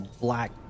black